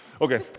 Okay